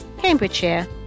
Cambridgeshire